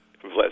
Bless